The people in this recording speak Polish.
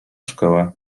szkołę